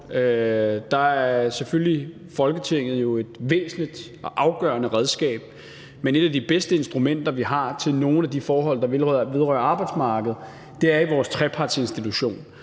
Folketinget jo selvfølgelig et væsentligt og afgørende redskab, men et af de bedste instrumenter, vi har til nogle af de forhold, der vedrører arbejdsmarkedet, er vores trepartsinstitution,